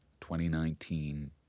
2019